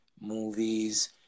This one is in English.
movies